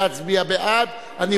16 בעד, מתנגד אחד, אין נמנעים.